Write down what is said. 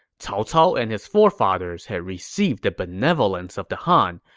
cao cao and his forefathers had received the benevolence of the han,